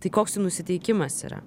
tai koks jų nusiteikimas yra